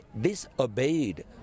disobeyed